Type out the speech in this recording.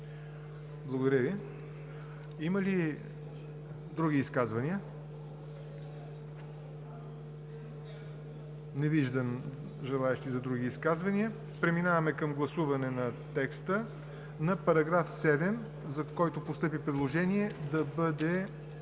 Благодаря Ви. Има ли други изказвания? Не виждам желаещи за други изказвания. Преминаваме към гласуване на текста на § 7, за който е постъпило предложение, да бъде